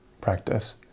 practice